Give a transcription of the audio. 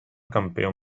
campeón